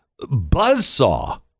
buzzsaw